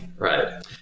Right